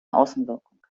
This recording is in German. außenwirkung